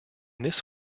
this